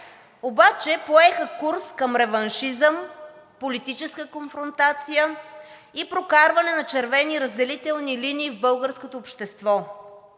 обаче поеха курс към реваншизъм, политическа конфронтация и прокарване на червени разделителни линии в българското общество.